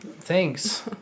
Thanks